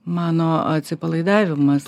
mano atsipalaidavimas